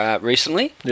recently